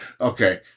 Okay